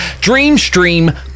DreamStream